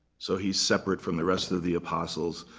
so he's separate from the rest of the apostles.